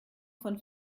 von